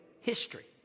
history